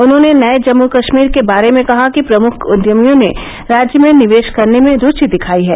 उन्होंने नये जम्मू कश्मीर के बारे में कहा कि प्रमुख उद्यमियों ने राज्य में निवेश करने में रूचि दिखाई है